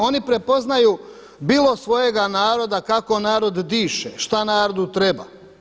Oni prepoznaju bilo svojega naroda kako narod diše, šta narodu treba.